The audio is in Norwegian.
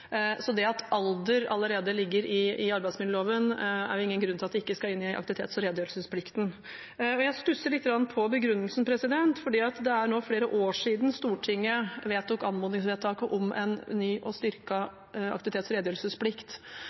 så det at alder allerede ligger i arbeidsmiljøloven, er ingen grunn til at det ikke skal inn i aktivitets- og redegjørelsesplikten. Jeg stusser litt på begrunnelsen, for det er nå flere år siden Stortinget vedtok anmodningsvedtaket om en ny og styrket aktivitets- og redegjørelsesplikt.